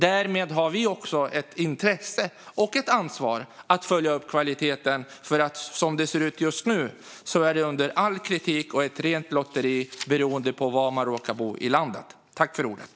Därmed har vi också ett intresse av och ett ansvar för att följa upp kvaliteten. Som det ser ut just nu är det under all kritik och ett rent lotteri beroende på var man råkar bo i landet.